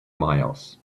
miles